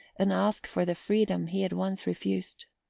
and ask for the freedom he had once refused.